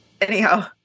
anyhow